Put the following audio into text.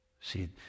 See